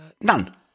none